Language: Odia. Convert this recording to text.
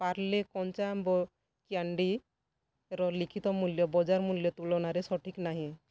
ପାର୍ଲେ କଞ୍ଚା ଆମ୍ବ କ୍ୟାଣ୍ଡିର ଲିଖିତ ମୂଲ୍ୟ ବଜାର ମୂଲ୍ୟ ତୁଳନାରେ ସଠିକ୍ ନାହିଁ